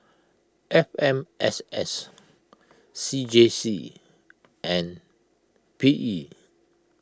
F M S S C J C and P E